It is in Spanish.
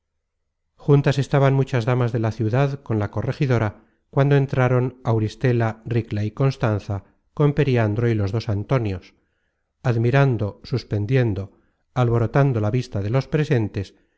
juntas estaban muchas damas de la ciudad con la corregidora cuando entraron auristela ricla y constanza con periandro y los dos antonios admirando suspendiendo alborotando la vista de los presentes